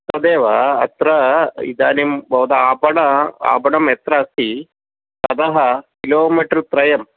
तदेव अत्र इदानीं भवतः आपण आपणं यत्र अस्ति ततः किलोमीटर्त्रयं